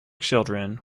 children